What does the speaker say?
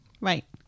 Right